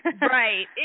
Right